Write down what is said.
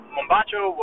Mombacho